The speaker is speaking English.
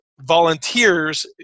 volunteers